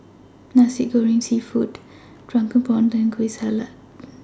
Nasi Goreng Seafood Drunken Prawns and Kueh Salat